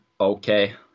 okay